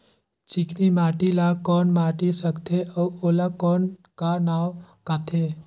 चिकनी माटी ला कौन माटी सकथे अउ ओला कौन का नाव काथे?